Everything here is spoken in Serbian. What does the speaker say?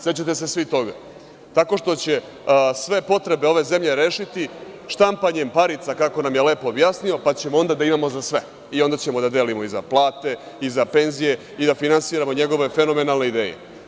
Sećate se svi toga, tako što će sve potrebe ove zemlje rešiti štampanjem parica, kako nam je lepo objasnio, pa ćemo onda da imamo za sve i onda ćemo da delimo i za plate i za penzije i da finansiramo njegove fenomenalne ideje.